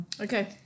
Okay